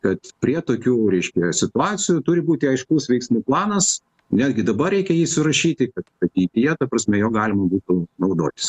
kad prie tokių reiškia situacijų turi būti aiškus veiksmų planas netgi dabar reikia jį surašyti kad ateityje ta prasme juo galima būtų naudotis